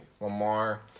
Lamar